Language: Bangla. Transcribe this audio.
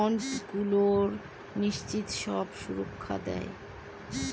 বন্ডগুলো নিশ্চিত সব সুরক্ষা দেয়